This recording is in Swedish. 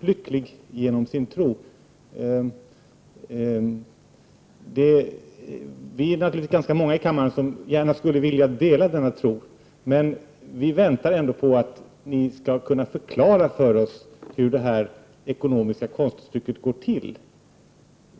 lycklig genom sin tro. Vi är ganska många i kammaren som gärna skulle vilja dela denna tro. Vi väntar ändock på att ni skall kunna förklara för oss hur detta ekonomiska konststycke går till.